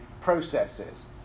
processes